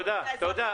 תודה.